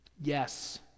Yes